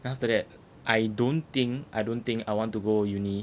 then after that I don't think I don't think I want to go uni